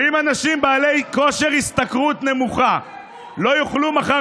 ואם אנשים בעלי כושר השתכרות נמוך לא יוכלו מחר